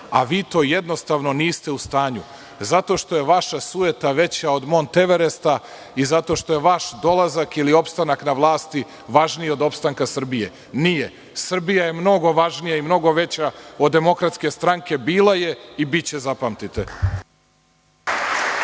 a vi to jednostavno niste u stanju, zato što je vaša sujeta veća od Monteveresta i zato što je vaš dolazak ili opstanak na vlasti važniji od opstanka Srbije. Nije. Srbija je mnogo važnija i mnogo veća od Demokratske stranke, bila je i biće zapamtite.